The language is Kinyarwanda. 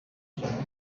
ijambo